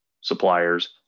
suppliers